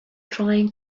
trying